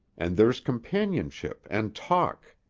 and there's companionship and talk.